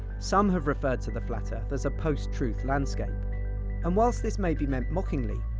some have referred to the flat earth as a post-truth landscape and whilst this may be meant mockingly,